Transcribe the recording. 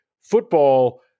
football